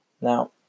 Now